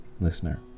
listener